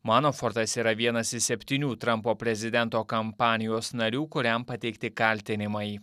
manafortas yra vienas iš septynių trampo prezidento kampanijos narių kuriam pateikti kaltinimai